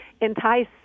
entice